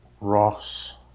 Ross